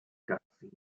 cutscenes